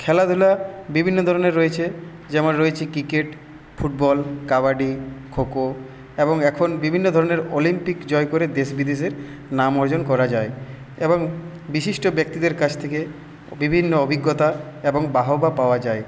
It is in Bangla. খেলাধুলা বিভিন্ন ধরনের রয়েছে যেমন রয়েছে ক্রিকেট ফুটবল কাবাডি খো খো এবং এখন বিভিন্ন ধরনের অলিম্পিক জয় করে দেশ বিদেশের নাম অর্জন করা যায় এবং বিশিষ্ট ব্যক্তিদের কাছ থেকে বিভিন্ন অভিজ্ঞতার এবং বাহবা পাওয়া যায়